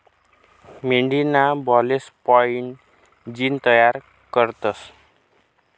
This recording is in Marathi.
मेंढीना बालेस्पाईन जीन तयार करतस